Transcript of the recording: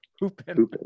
Hooping